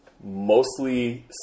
mostly